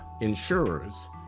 insurers